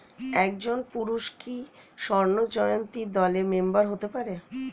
একজন পুরুষ কি স্বর্ণ জয়ন্তী দলের মেম্বার হতে পারে?